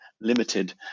limited